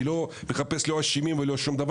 אני לא מחפש לא אשמים ולא שום דבר